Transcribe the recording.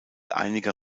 einiger